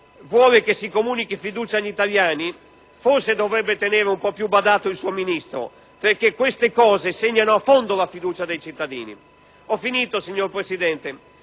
vuole che si comunichi fiducia agli italiani, forse dovrebbe tenere un po' più a bada il suo Ministro, perché questi interventi segnano a fondo la fiducia dei cittadini. Noi, come Partito